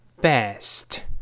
best